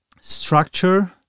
structure